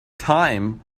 time